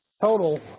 total